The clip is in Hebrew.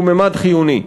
שהוא ממד חיוני.